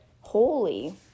Holy